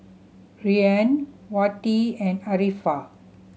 Ryan Wati and Arifa